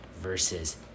versus